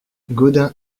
gaudin